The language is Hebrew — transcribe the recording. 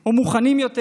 או מוכנים יותר.